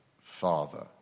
father